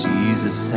Jesus